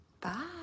Bye